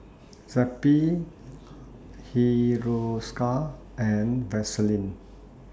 Zappy Hiruscar and Vaselin